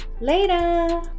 Later